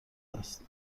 است